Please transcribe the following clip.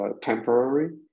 temporary